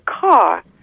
car